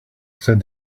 said